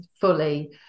fully